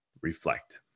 reflect